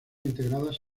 integradas